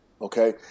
Okay